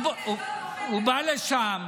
שהוא גם עורך דין, הוא בא לשם,